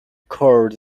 cord